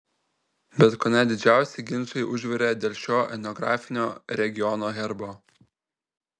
bet kone didžiausi ginčai užvirė dėl šio etnografinio regiono herbo